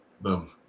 boom